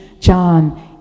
John